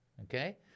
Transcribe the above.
Okay